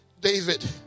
David